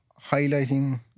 highlighting